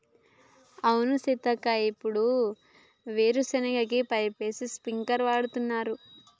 అవును సీతక్క ఇప్పుడు వీరు సెనగ కి పైపేసి స్ప్రింకిల్స్ వాడుతున్నారు